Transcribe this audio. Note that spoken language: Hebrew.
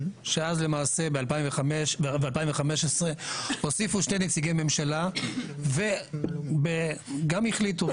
שאז למעשה ב-2015 הוסיפו שני נציגי ממשלה וגם החליטו,